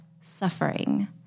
suffering